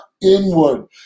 inward